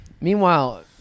meanwhile